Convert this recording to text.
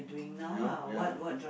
help ya